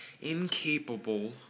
incapable